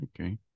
Okay